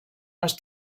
les